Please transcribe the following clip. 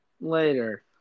later